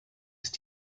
ist